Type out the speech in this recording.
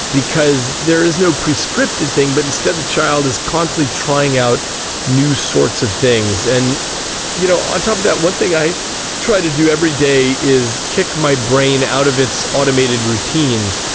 because there is no prescriptive thing, but instead the child is constantly trying out new sorts of things. and you know on top of that, one thing i try to do every day is kick my brain out of its automated routines.